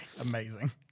amazing